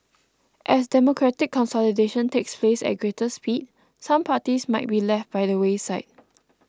as democratic consolidation takes place at greater speed some parties might be left by the wayside